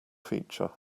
feature